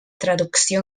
traducció